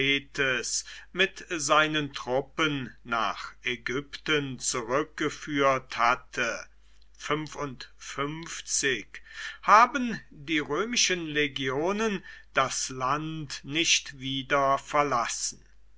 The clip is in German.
mit seinen truppen nach ägypten zurückgeführt hatte haben die römischen legionen das land nicht wieder verlassen